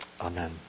Amen